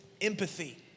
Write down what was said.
empathy